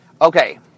Okay